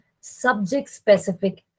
subject-specific